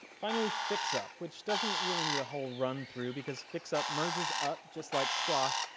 finally fix up, which doesn't really need a whole run through, because fix up merges up just like squash,